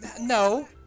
No